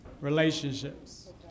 relationships